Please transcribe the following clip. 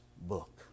book